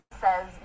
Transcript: says